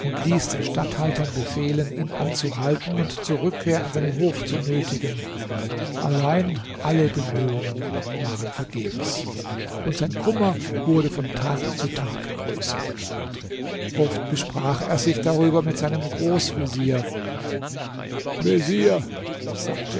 ließ den statthaltern befehlen ihn anzuhalten und zur rückkehr an seinen hof zu nötigen allein alle bemühungen waren vergebens und sein kummer wurde von tag zu tag größer oft besprach er sich darüber mit seinem großvezier vezier sagte er